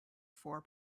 four